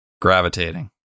Gravitating